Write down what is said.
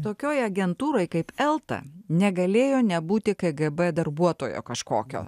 tokioj agentūroj kaip elta negalėjo nebūti kgb darbuotojo kažkokio